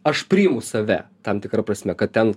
aš priimu save tam tikra prasme kad ten